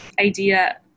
idea